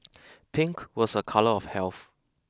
pink was a colour of health